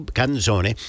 canzone